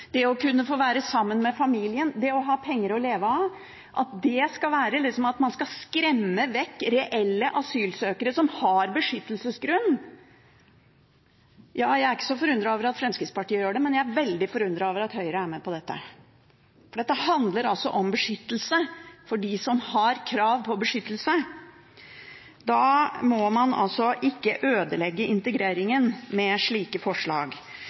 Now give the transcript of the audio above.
det å kunne være her, komme i gang med arbeid og integrering raskt, å kunne få være sammen med familien, å ha penger å leve av, at man skal skremme vekk reelle asylsøkere som har beskyttelsesgrunn – ja, jeg er ikke så forundret over at Fremskrittspartiet gjør det, men jeg er veldig forundret over at Høyre er med på det. Dette handler om beskyttelse for dem som har krav på beskyttelse. Da må man ikke ødelegge integreringen med slike forslag.